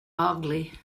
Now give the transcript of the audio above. ugly